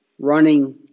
running